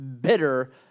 bitter